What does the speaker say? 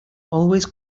always